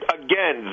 again